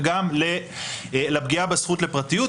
וגם לפגיעה בזכות לפרטיות.